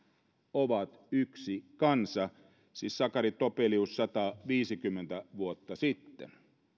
ovat yksi kansa siis sakari topelius sataviisikymmentä vuotta sitten